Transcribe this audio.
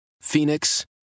Phoenix